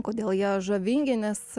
kodėl ją žavingi nes